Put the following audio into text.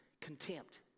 Contempt